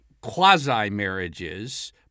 quasi-marriages